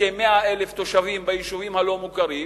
כ-100,000 תושבים ביישובים הלא-מוכרים,